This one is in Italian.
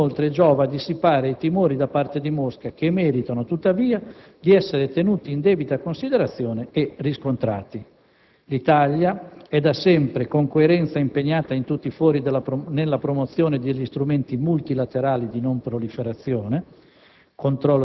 Esso, inoltre, giova a dissipare i timori da parte di Mosca, che meritano, tuttavia, di essere tenuti in debita considerazione e riscontrati. L'Italia è da sempre, con coerenza, impegnata in tutti i fori nella promozione degli strumenti multilaterali di non proliferazione,